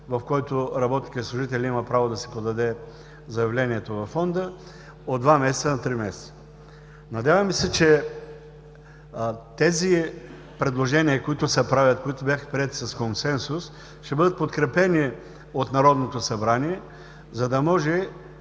в който работникът или служителят има право да си подаде заявлението във Фонда, от два месеца на три месеца. Надяваме се, че тези предложения, които се правят, които бяха приети с консенсус, ще бъдат подкрепени от Народното събрание. Трудно можем